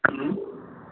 hello